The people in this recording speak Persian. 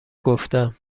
گفتم